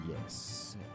Yes